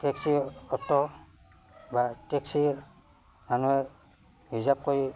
taxi auto বা taxi মানুহে reserve কৰি